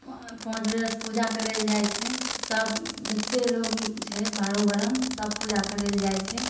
पाँच बजेसँ पूजा करय लए जाइ छै सभ जतय लोक छै बारहो वर्ण सभ पूजा करय लए जाइ छै